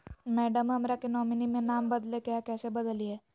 madam, हमरा के nominee में नाम बदले के हैं, कैसे बदलिए